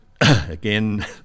Again